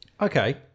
Okay